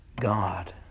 God